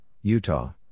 Utah